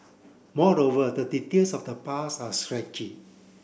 moreover the details of the past are stretchy